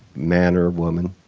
man or woman.